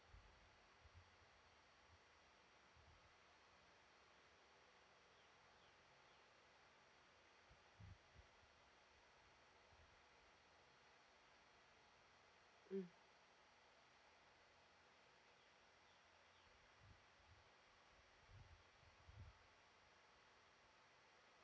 mm